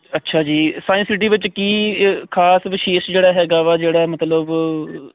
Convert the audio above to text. ਅੱਛਾ ਜੀ science city ਵਿੱਚ ਕੀ ਖਾਸ ਵਿਸ਼ੇਸ਼ ਜਿਹੜਾ ਹੈਗਾ ਵਾ ਜਿਹੜਾ ਮਤਲਬ